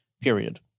period